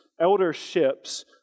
elderships